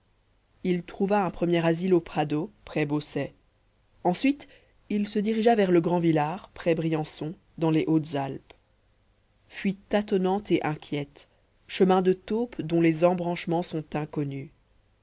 il trouva un premier asile aux pradeaux près beausset ensuite il se dirigea vers le grand villard près briançon dans les hautes-alpes fuite tâtonnante et inquiète chemin de taupe dont les embranchements sont inconnus